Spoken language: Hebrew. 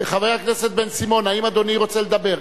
חבר הכנסת דניאל בן-סימון, האם אדוני רוצה לדבר?